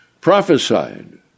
Prophesied